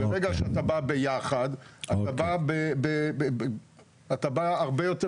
ברגע שאתה בא ביחד אתה בא הרבה יותר